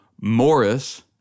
Morris